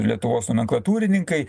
lietuvos nomenklatūrininkai